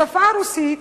בשפה הרוסית